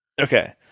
Okay